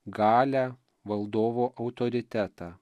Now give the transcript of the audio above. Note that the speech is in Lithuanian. galią valdovo autoritetą